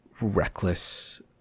reckless